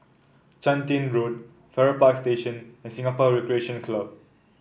Chun Tin Road Farrer Park Station and Singapore Recreation Club